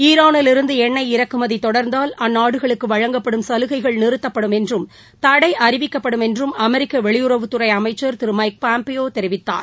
ஈரானிலிருந்து எண்ணெய் இறக்குமதி தொடர்ந்தால் அந்நாடுகளுக்கு வழங்கப்படும் சலுகைகள் நிறுத்தப்படும் என்றும் தடை அறிவிக்கப்படும் என்றும் அமெரிக்க வெளியுறவுத்துறை அமைச்சர் திரு மைக் பாம்பியோ தெரிவித்தார்